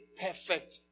perfect